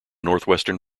northwestern